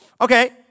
Okay